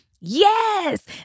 Yes